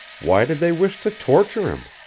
why did they wish to torture him?